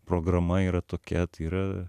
programa yra tokia yra